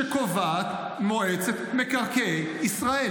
שקובעת מועצת מקרקעי ישראל.